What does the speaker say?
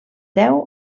deu